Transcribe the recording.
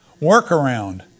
workaround